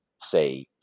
Say